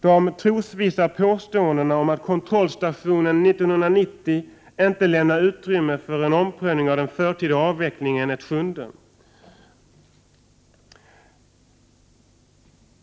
De trosvissa påståendena om att kontrollstationen 1990 inte lämnar utrymme för en omprövning av den förtida avvecklingen är ett sjunde.